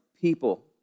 people